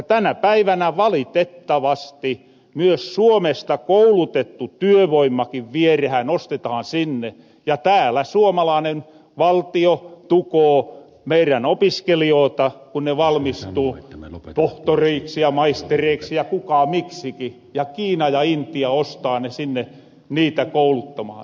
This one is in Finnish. tänä päivänä valitettavasti myös suomesta koulutettu työvoimakin vierähän ostetahan sinne ja täälä suomalaanen valtio tukoo meirän opiskelijoota kun ne valmistuu tohtoreiksi ja maistereiksi ja kuka miksiki ja kiina ja intia ostaa ne sinne niitä kouluttamahan